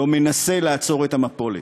לא מנסה לעצור את המפולת.